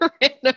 random